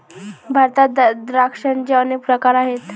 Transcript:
भारतात द्राक्षांचे अनेक प्रकार आहेत